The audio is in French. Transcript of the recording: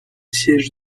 siège